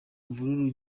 mvururu